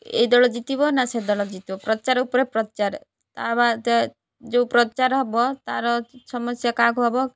ଏଦଳ ଜିତିବ ନା ସେ ଦଳ ଜିତିବ ପ୍ରଚାର ଉପରେ ପ୍ରଚାର ତା ଯେଉଁ ପ୍ରଚାର ହେବ ତାର ସମସ୍ୟା କାହାକୁ ହେବ